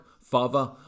father